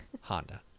Honda